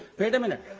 wait a minute.